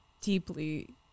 deeply